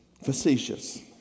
facetious